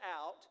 out